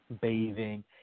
bathing